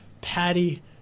patty